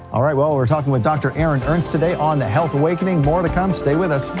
alright, well, we're talking with dr. aaron ernst today on the health awakening, more to come, stay with us.